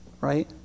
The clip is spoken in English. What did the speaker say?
right